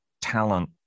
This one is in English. talent